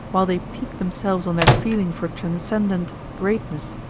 while they pique themselves on their feeling for transcendent greatness,